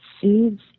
seeds